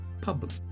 public